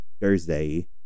Thursday